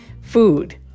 Food